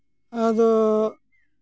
ᱟᱫᱚ